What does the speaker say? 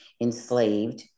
enslaved